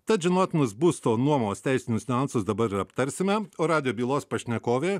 tad žinotinus būsto nuomos teisinius niuansus dabar ir aptarsime o radijo bylos pašnekovė